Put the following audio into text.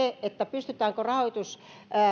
pystytäänkö rahoitus